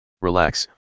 Relax